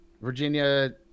Virginia